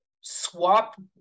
swap